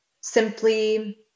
simply